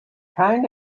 trying